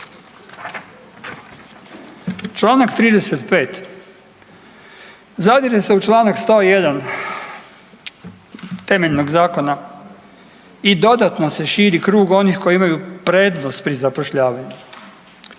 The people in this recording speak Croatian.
Članak 35. zadire se u članak 101. temeljnog Zakona i dodatno se širi krug onih koji imaju prednost pri zapošljavanju.